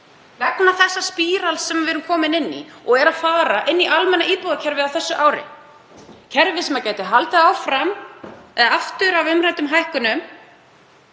vegna þessa spírals sem við erum komin inn í, og fer inn í almenna íbúðakerfið á þessu ári, kerfi sem gæti haldið aftur af umræddum hækkunum,